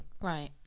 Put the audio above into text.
right